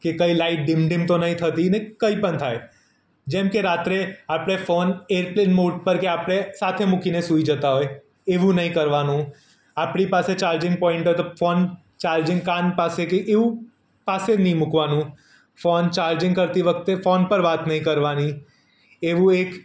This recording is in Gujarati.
કે કંઈ લાઈટ ડીમ ડીમ તો નથી થતી ને કંઈ પણ થાય જેમકે રાત્રે આપણે ફોન એરપ્લેઇન મોડ પર કે આપણે સાથે મૂકીને સુઈ જતાં હોય એવું નહીં કરવાનું આપણી પાસે ચાર્જિંગ પોઇન્ટ હોય તો ફોન ચાર્જિંગ કાન પાસે કે એવું પાસે નહીં મૂકવાનું ફોન ચાર્જિંગ કરતી વખતે ફોન પર વાત નહીં કરવાની એવું એક